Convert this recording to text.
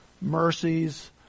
mercies